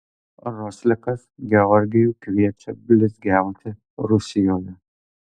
roslekas georgijų kviečia blizgiauti rusijoje